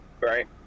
right